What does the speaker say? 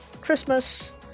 Christmas